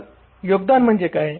तर योगदान म्हणजे काय